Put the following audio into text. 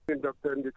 Dr